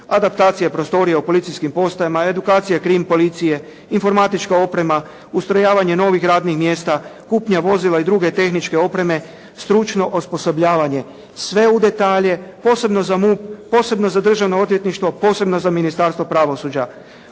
Adaptacija prostorija u policijskim postajama, edukacija krim policije, informatička oprema, ustrojavanje novih radnih mjesta, kupnja vozila i druge tehničke opreme, stručno osposobljavanje sve u detalje posebno za MUP, posebno za državno odvjetništvo, posebno za Ministarstvo pravosuđa.